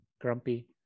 grumpy